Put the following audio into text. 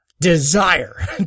desire